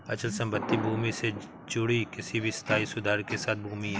अचल संपत्ति भूमि से जुड़ी किसी भी स्थायी सुधार के साथ भूमि है